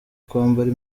kwambara